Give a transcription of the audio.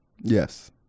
yes